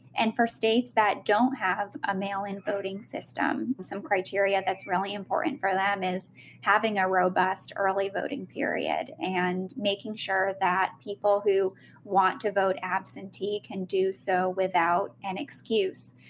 and for states that don't have a mail-in voting system, some criteria that's really important for them is having a robust early voting period, and making sure that people who want to vote absentee can do so without an excuse,